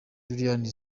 eliane